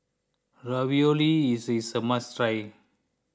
Ravioli is is a must try